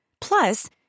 Plus